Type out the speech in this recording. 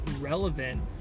relevant